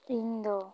ᱤᱧ ᱫᱚ